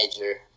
major